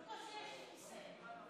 בקושי יש לי כיסא.